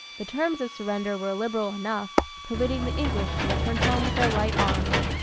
the terms of surrender were liberal enough, permitting the english to return home with their light arms.